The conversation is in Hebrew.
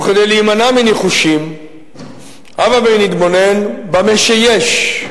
וכדי להימנע מניחושים הבה נתבונן במה שיש.